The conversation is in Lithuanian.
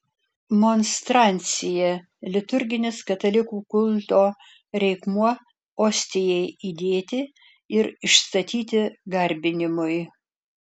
monstrancija liturginis katalikų kulto reikmuo ostijai įdėti ir išstatyti garbinimui